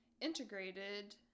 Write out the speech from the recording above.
Integrated